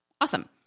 awesome